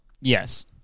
yes